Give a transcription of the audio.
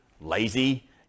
lazy